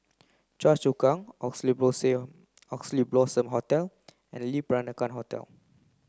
Choa Chu Kang Oxley Oxley Blossom Hotel and Le Peranakan Hotel